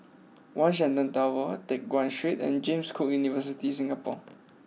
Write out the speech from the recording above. One Shenton Tower Teck Guan Street and James Cook University Singapore